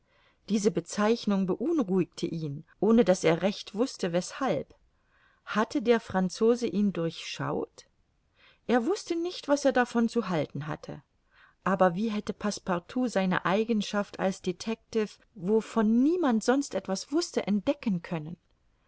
diese bezeichnung beunruhigte ihn ohne daß er recht wußte weshalb hatte der franzose ihn durchschaut er wußte nicht was er davon zu halten hatte aber wie hätte passepartout seine eigenschaft als detectiv wovon niemand sonst etwas wußte entdecken können